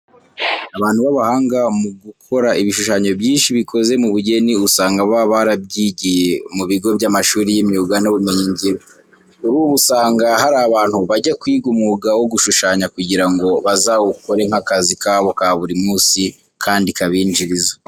Abantu b'abahanga mu gukora ibishushanyo byinshi bikoze mu bugeni usanga baba barabyigiye mu bigo by'amashuri y'imyuga n'ubumenyingiro. Kuri ubu usanga hari abantu bajya kwiga umwuga wo gushushanya kugira ngo bazawukore nk'akazi kabo ka buri munsi kandi kabinjiriza.